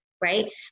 right